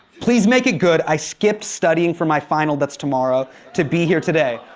please make it good, i skipped studying for my final that's tomorrow to be here today.